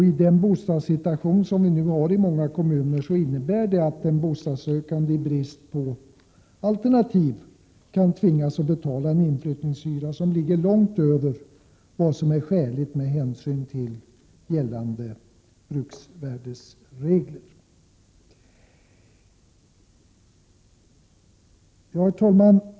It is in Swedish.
I den bostadssituation vi nu har i många kommuner innebär detta att en bostadssökande i brist på alternativ kan tvingas att betala en inflyttningshyra som ligger långt över vad som är skäligt med hänsyn till gällande bruksvärdesregler. Herr talman!